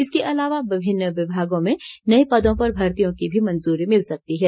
इसके अलावा विभिन्न विभागों में नए पदों पर भर्तियों की भी मंजूरी मिल सकती है